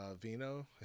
vino